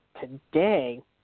today